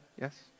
Yes